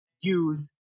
use